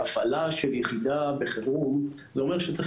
שהפעלה של יחידה בחירום זה אומר שצריך